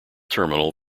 terminal